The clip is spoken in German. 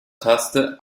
taste